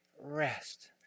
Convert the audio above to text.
Rest